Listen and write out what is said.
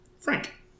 Frank